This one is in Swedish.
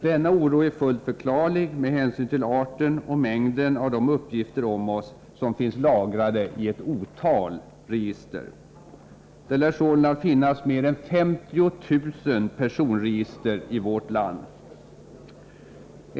Denna oro är fullt förklarlig med hänsyn till arten och mängden av de uppgifter om oss som finns lagrade i ett otal register. Det lär sålunda finnas mer än 50 000 personregister i vårt land.